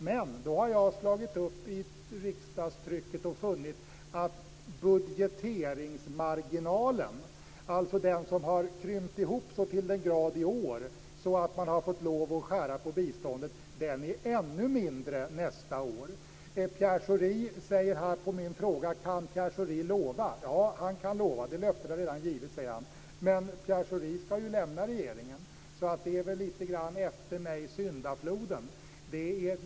Jag har slagit upp i riksdagstrycket och funnit att budgeteringsmarginalen - alltså den som har krympt ihop så till den grad i år att man har fått lov att skära ned på biståndet - är ännu mindre nästa år. Pierre Schori svarar på min fråga att han kan lova att pengarna kommer att finnas. Det löftet har redan givits, säger han. Men Pierre Schori skall ju lämna regeringen. Det är lite grann av "Efter mig syndafloden".